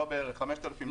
5,000 שקלים.